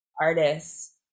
artists